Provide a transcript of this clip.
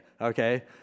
okay